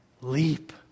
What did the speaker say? leap